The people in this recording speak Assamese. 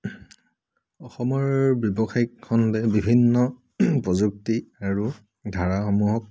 অসমৰ ব্যৱসায়িকখণ্ডে বিভিন্ন প্ৰযুক্তি আৰু ধাৰাসমূহক